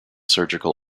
surgical